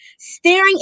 Staring